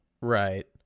Right